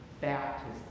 Baptism